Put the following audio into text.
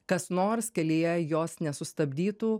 kas nors kelyje jos nesustabdytų